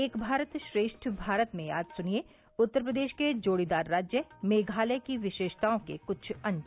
एक भारत श्रेष्ठ भारत में आज सुनिये उत्तर प्रदेश के जोड़ीदार राज्य मेघालय की विशेषताओं के क्छ अंश